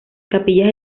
capillas